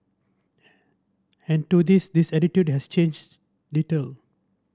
an and to this this attitude has changed little